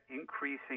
increasing